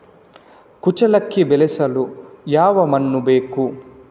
ಕುಚ್ಚಲಕ್ಕಿ ಬೆಳೆಸಲು ಯಾವ ಮಣ್ಣು ಬೇಕು?